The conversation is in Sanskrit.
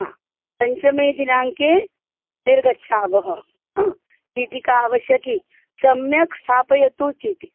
हा पञ्चमे दिनाङ्के निर्गच्छावः हा चीटिका आवश्यकी सम्यक् स्थापयतु चीटिकाम्